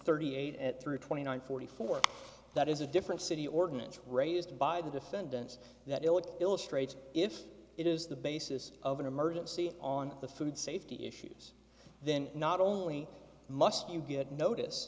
thirty eight at three twenty nine forty five that is a different city ordinance raised by the defendants that will it illustrates if it is the basis of an emergency on the food safety issues then not only must you get notice